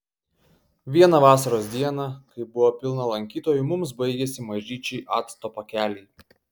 vieną vasaros dieną kai buvo pilna lankytojų mums baigėsi mažyčiai acto pakeliai